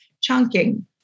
chunking